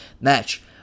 match